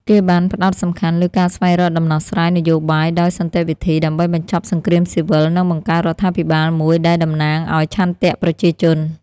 គេបានផ្តោតសំខាន់លើការស្វែងរកដំណោះស្រាយនយោបាយដោយសន្តិវិធី ដើម្បីបញ្ចប់សង្គ្រាមស៊ីវិល និងបង្កើតរដ្ឋាភិបាលមួយដែលតំណាងឱ្យឆន្ទៈប្រជាជន។